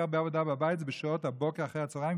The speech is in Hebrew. הרבה עבודה בבית זה בשעות הבוקר עד אחרי הצוהריים,